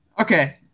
okay